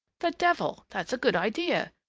the devil! that's a good idea!